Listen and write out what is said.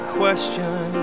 question